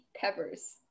peppers